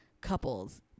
couples